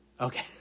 Okay